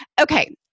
Okay